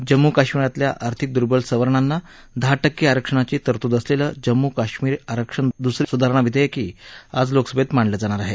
जम्मू कश्मीरातल्या आर्थिक दूर्बल सवर्णांना दहा टक्के आरक्षणांची तरतूद असलेलं जम्मू कश्मीर आरक्षण दूसरी सुधारणा विधेयकही आज लोकसभेत मांडलं जाणार आहे